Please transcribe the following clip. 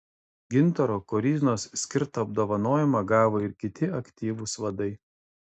gintaro koryznos skirtą apdovanojimą gavo ir kiti aktyvūs vadai